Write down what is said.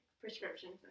prescriptions